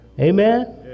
amen